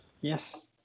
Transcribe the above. Yes